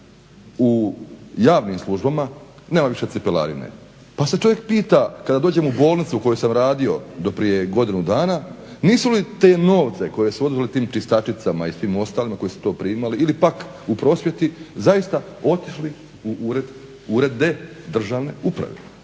u javnim službama nema više cipelarine pa se čovjek pita kada dođem u bolnicu u kojoj sam radio do prije godinu dana nisu li te novce koje su oduzeli tim čistačicama i svim ostalima koji su to primali ili pak u prosvjeti zaista otišli u urede državne uprave.